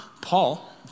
Paul